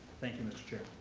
thank you, mr. chair.